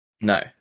No